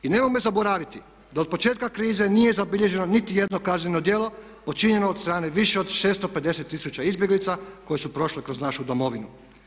I nemojmo zaboraviti da od početka krize nije zabilježeno niti jedno kazneno djelo počinjeno od strane više od 650 tisuća izbjeglica koje su prošle kroz našu Domovinu.